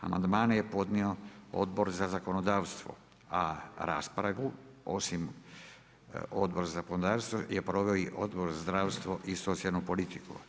Amandmane je podnio Odbor za zakonodavstvo, a raspravu osim Odbor za zakonodavstvo je proveo i Odbor za zdravstvo i socijalnu politiku.